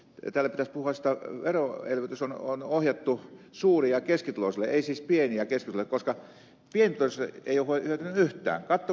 täällä pitäisi puhua siitä jotta veroelvytys on ohjattu suuri ja keskituloisille ei siis pieni ja keskituloisille koska pienituloiset eivät ole hyötyneet yhtään